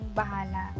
bahala